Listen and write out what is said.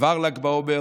עבר ל"ג בעומר.